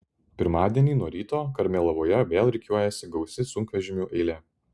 pirmadienį nuo ryto karmėlavoje vėl rikiuojasi gausi sunkvežimių eilė